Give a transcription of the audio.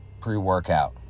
pre-workout